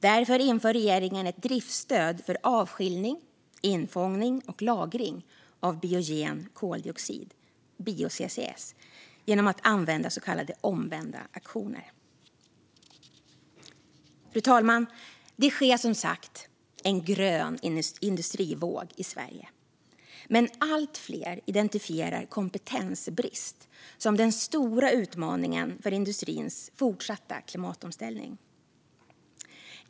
Därför inför regeringen ett driftsstöd för avskiljning, infångning och lagring av biogen koldioxid, bio-CCS, genom att använda så kallade omvända auktioner. Fru talman! Det sker som sagt en grön industrivåg i Sverige. Men allt fler identifierar kompetensbrist som den stora utmaningen för industrins fortsatta klimatomställning.